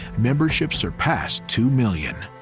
membership surpassed two million,